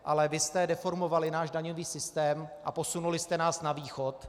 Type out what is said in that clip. Ale vy jste deformovali náš daňový systém a posunuli jste nás na Východ.